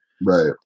right